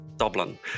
Dublin